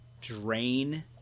drain